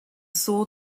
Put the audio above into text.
saw